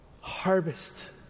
harvest